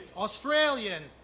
Australian